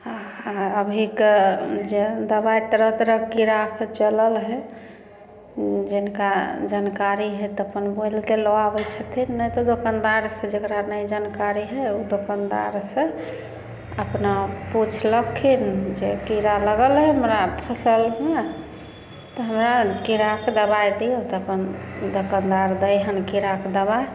आ अभीके जे दवाइ तरह तरह के अखन चलल हइ जिनका जानकारी हइ तऽ अपन बोल के लऽ आबै छथिन नहि तऽ दोकानदार से जेकरा नहि जानकारी हइ ओ दोकानदार से अपना पुछलखिन जे कीड़ा लागल हइ हमरा फसलमे तऽ हमरा कीड़ाके दबाइ दियौ तऽ अपन तकर बाद दै हन कीड़ाके दवाइ